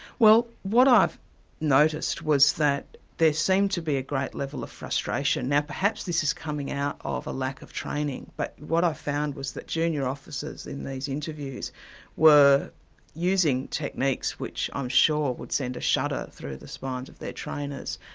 well what i've noticed was that there seemed to be a great level of frustration. now perhaps this is coming out of a lack of training, but what i found was that junior officers in these interviews were using techniques which i'm sure would send a shudder through the spines of their trainers.